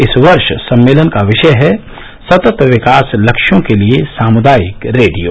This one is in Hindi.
इस वर्ष सम्मेलन का विषय है सतत् विकास लक्ष्यों के लिए सामुदायिक रेडियो